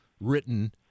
written